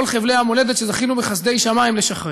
חבלי המולדת שזכינו בחסדי שמים לשחרר.